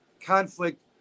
conflict